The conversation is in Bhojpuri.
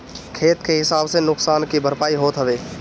खेत के हिसाब से नुकसान के भरपाई होत हवे